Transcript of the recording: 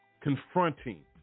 Confronting